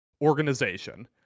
organization